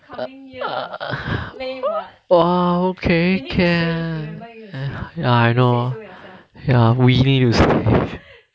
uh !wah! okay can ya I know ya we need to save